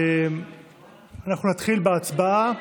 אנחנו נתחיל בהצבעה.